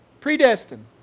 predestined